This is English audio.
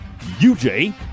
UJ